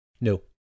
No